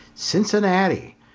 Cincinnati